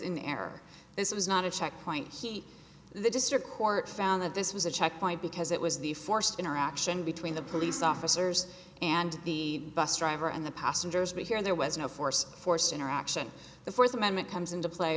in the air this was not a checkpoint he the district court found that this was a checkpoint because it was the forced interaction between the police officers and the bus driver and the passengers but here there was no force forced interaction the fourth amendment comes into play